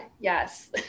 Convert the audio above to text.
Yes